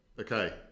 Okay